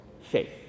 faith